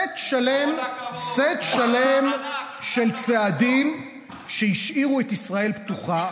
סט שלם של צעדים שהשאירו את ישראל פתוחה,